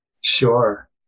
sure